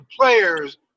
players